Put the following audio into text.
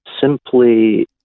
simply